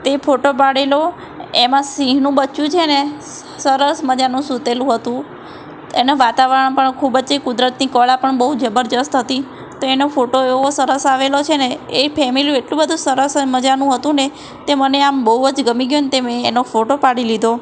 તે ફોટો પાડેલો એમાં સિંહનું બચ્ચું છે ને સરસ મજાનું સૂતેલું હતું એને વાતાવરણ પણ ખૂબ જ કુદરતની કળા પણ બહુ જબરદસ્ત હતી તો એનો ફોટો એવો સરસ આવેલો છે ને એ ફેમેલી એટલું બધું સરસ મજાનું હતું ને તે મને આમ બહુ જ ગમી ગયું ને તે મેં એનો ફોટો પાડી લીધો